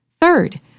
Third